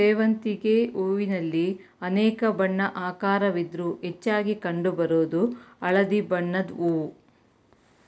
ಸೇವಂತಿಗೆ ಹೂವಿನಲ್ಲಿ ಅನೇಕ ಬಣ್ಣ ಆಕಾರವಿದ್ರೂ ಹೆಚ್ಚಾಗಿ ಕಂಡು ಬರೋದು ಹಳದಿ ಬಣ್ಣದ್ ಹೂವು